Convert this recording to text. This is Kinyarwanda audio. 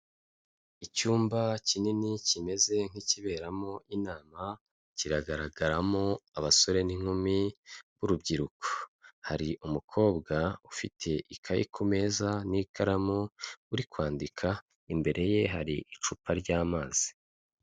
Icyumba kinini kimeze nk'ikiberamo inama kiragaragaramo abasore n'inkumi b'urubyiruko. Hari umukobwa ufite ikaye ku meza n'ikaramu, uri kwandika imbere ye, hari icupa ry'amazi.